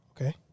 Okay